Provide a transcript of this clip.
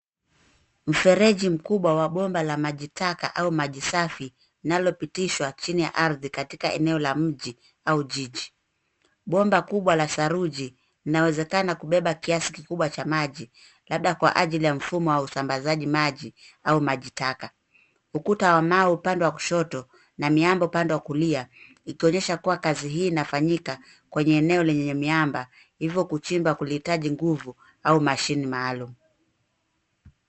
Mfereji mkubwa wa bomba la maji taka au maji safi nalopitishwa chini ya ardhi katika eneo la mji au jiji. Bomba kubwa la saruji linawezekana kubeba kiasi kikubwa cha maji labda kwa ajili ya mfumo wa usambazaji maji au maji taka. Ukuta wanao upande wa kushoto na miamba upande wa kulia ikionyesha kuwa kazi hii inafanyika kwenye eneo lenye miamba hivyo kuchimba kulihitaji nguvu au machine maalum.